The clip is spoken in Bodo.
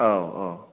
औ औ